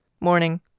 Morning